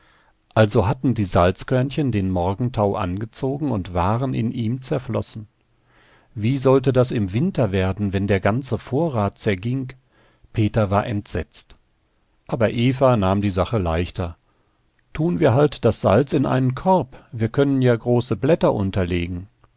also hatten die salzkörnchen den morgentau angezogen und waren in ihm zerflossen wie sollte das im winter werden wenn der ganze vorrat zerging peter war entsetzt aber eva nahm die sache leichter tun wir halt das salz in einen korb wir können ja große blätter unterlegen